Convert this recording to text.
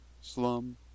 Slum